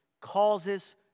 causes